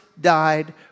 died